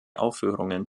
aufführungen